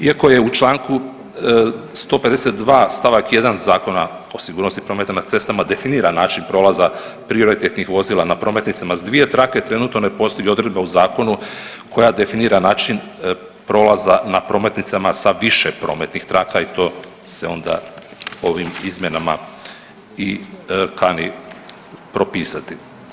Iako je u Članku 152. stavak 1. Zakona o sigurnosti prometa na cestama definiran način prolaza prioritetnih vozila na prometnicama s dvije trake trenutno ne postoji odredba u zakonu koja definira način prolaza na prometnicama sa više prometnih traka i to se onda ovim izmjenama i kani propisati.